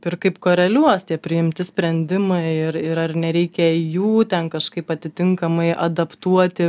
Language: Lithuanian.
ir kaip koreliuos tie priimti sprendimai ir ir ar nereikia jų ten kažkaip atitinkamai adaptuoti